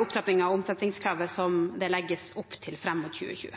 opptrappingen av omsettingskravet som det legges opp til fram mot 2020?